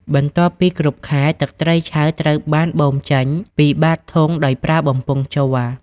បន្ទាប់ពីគ្រប់ខែ ទឹកត្រីឆៅត្រូវបាន បូមចេញ ពីបាតធុងដោយប្រើបំពង់ជ័រ។